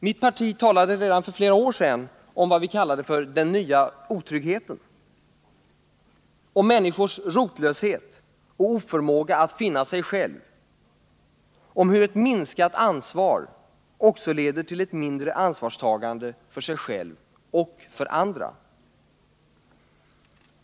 Mitt parti talade redan för flera år sedan om vad vi kallade den nya otryggheten, om människors rotlöshet och oförmåga att finna sig själva och om hur ett minskat ansvar också leder till ett mindre ansvarstagande för sig själv och för andra.